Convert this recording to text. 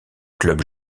club